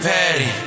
Patty